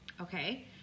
okay